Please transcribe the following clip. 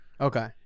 Okay